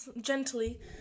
Gently